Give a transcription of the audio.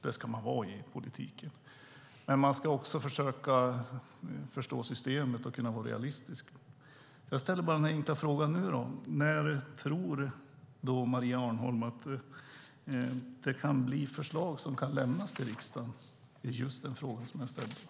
Det ska man vara i politiken, men man ska också försöka förstå systemet och kunna vara realistisk. Jag ställer bara den här enkla frågan nu: När tror Maria Arnholm att förslag kan lämnas till riksdagen rörande just den fråga som jag ställde?